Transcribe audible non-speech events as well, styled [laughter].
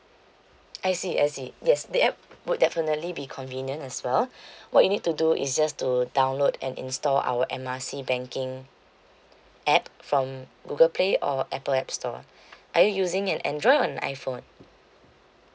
I see I see yes the app would definitely be convenient as well [breath] what you need to do is just to download and install our M R C banking app from google play or apple app store [breath] are you using an android or an iphone